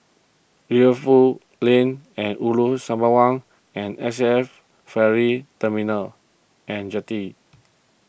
Rivervale Lane and Ulu Sembawang and S A F Ferry Terminal and Jetty